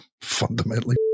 fundamentally